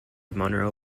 monroe